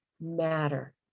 matter